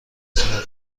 ساعت